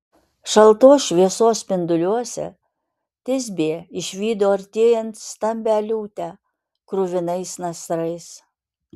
šaltos šviesos spinduliuose tisbė išvydo artėjant stambią liūtę kruvinais nasrais